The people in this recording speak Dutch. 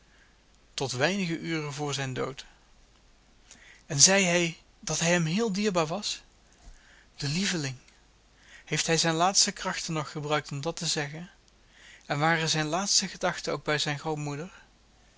tot weinige uren voor zijn dood en zeide hij dat hij hem heel dierbaar was de lieveling heeft hij zijn laatste krachten nog gebruikt om dat te zeggen en waren zijne laatste gedachten ook bij zijn grootmoeder